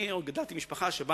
אני עוד גדלתי במשפחה שבה